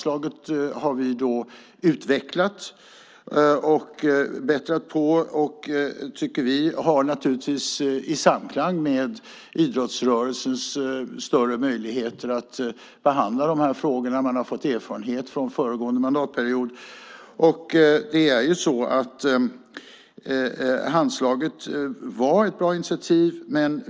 Vi har nu utvecklat och bättrat på det, naturligtvis i samklang med idrottsrörelsens större möjligheter att behandla dessa frågor. Man har fått erfarenhet från föregående mandatperiod, och Handslaget var ett bra initiativ.